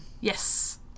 Yes